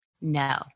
No